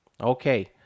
Okay